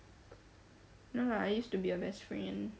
no lah I used to be her best friend